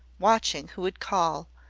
watching who would call,